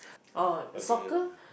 orh soccer